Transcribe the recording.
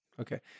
Okay